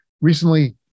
Recently